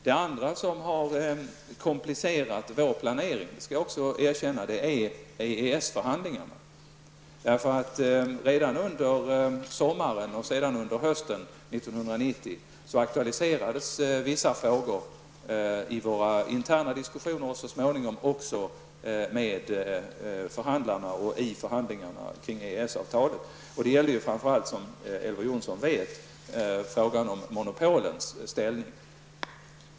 En annan sak som har komplicerat vår planering är EES-förhandlingarna; det skall jag gärna erkänna. Redan under sommaren och sedan under hösten 1990 aktualiserades vissa frågor i våra interna diskussioner och så småningom också med förhandlarna och i förhandlingarna kring EES avtalet. Som Elver Jonsson vet gällde det framför allt frågan om monopolens ställning.